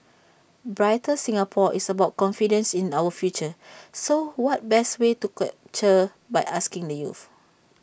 brighter Singapore is about confidence in our future so what best way to capture by asking the youth